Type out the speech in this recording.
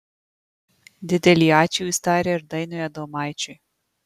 didelį ačiū jis taria ir dainiui adomaičiui